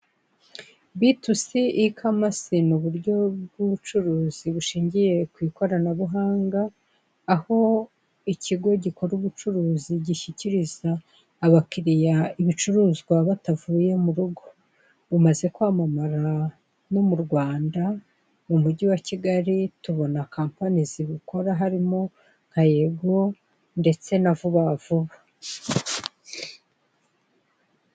B2C E-Commence ni uburyo bw'ubucuruzi bushingiye ku ikorananabuhanga aho ikigo gikora ubucuruzi gishyirikiriza abakiliya ibicuruzwa batavuye mu rugo bumaze kwamamara no mu Rwanda mu mujyi wa KIgali tubona company zibikora harimo nka YEGO ndetse na VUBA VUBA.